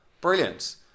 Brilliant